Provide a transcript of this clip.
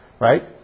Right